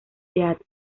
teatro